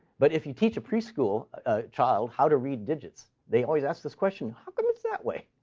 but if you teach a preschool child how to read digits, they always ask this question how come it's that way?